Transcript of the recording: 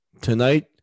Tonight